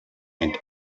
and